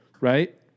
Right